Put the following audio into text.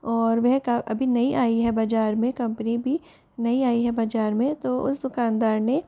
और वह का अभी नई आई है बाजार में कंपनी भी नई आयी है बाजार में तो उस दुकानदार ने